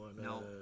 No